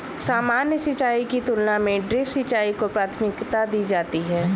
सामान्य सिंचाई की तुलना में ड्रिप सिंचाई को प्राथमिकता दी जाती है